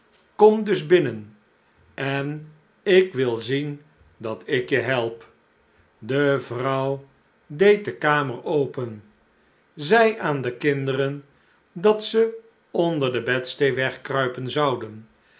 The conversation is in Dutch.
kom dus binnen en ik wil zien dat ik je help de vrouw deed de kamer open zeî aan de kinderen dat ze onder de bedsteê wegkruipen zouden